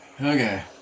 Okay